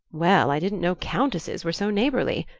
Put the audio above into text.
well, i didn't know countesses were so neighbourly.